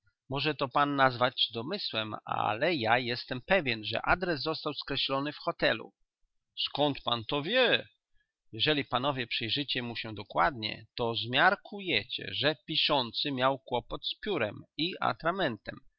może to pan nazwać domysłem ale ja jestem pewien że adres został skreślony w hotelu skąd pan to wie jeżeli panowie przyjrzycie mu się dokładnie to zmiarkujecie że piszący miał kłopot z piórem i atramentem